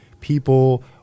people